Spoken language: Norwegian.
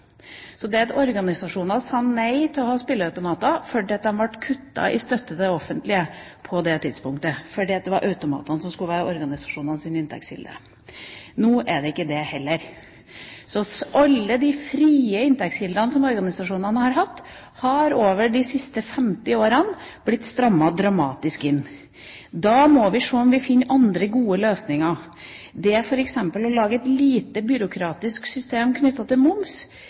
Det at organisasjoner sa nei til å ha spilleautomater, førte til at støtten fra det offentlige på det tidspunktet ble kuttet – det var automatene som skulle være organisasjonenes inntektskilde. Nå er det ikke det heller. Alle de frie inntektskildene som organisasjonene har hatt, har det i løpet av de siste 50 årene blitt strammet dramatisk inn på. Da må vi se om vi finner andre gode løsninger, f.eks. å lage et lite byråkratisk system knyttet til moms